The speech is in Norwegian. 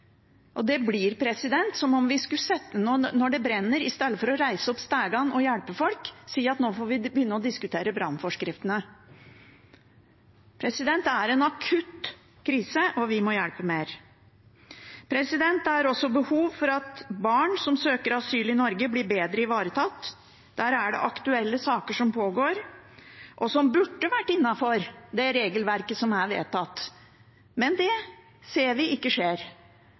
Det blir som om vi i stedet for å reise opp stigen og hjelpe folk når det brenner, skulle si at nå får vi begynne å diskutere brannforskriftene. Det er en akutt krise, og vi må hjelpe mer. Det er også behov for at barn som søker asyl i Norge, blir bedre ivaretatt. Der er det aktuelle saker som pågår, og som burde vært innenfor det regelverket som er vedtatt. Men det ser vi ikke skjer.